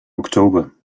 october